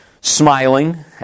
smiling